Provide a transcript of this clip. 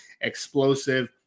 explosive